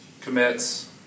commits